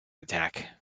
attack